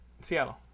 Seattle